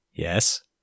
Yes